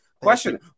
Question